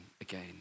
again